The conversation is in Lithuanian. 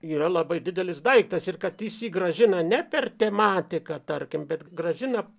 yra labai didelis daiktas ir kad jis jį grąžina ne per tematiką tarkim bet grąžina